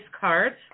cards